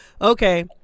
Okay